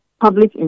public